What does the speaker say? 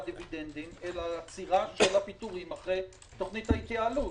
עצירה של הפיטורים אחרי תוכנית ההתייעלות?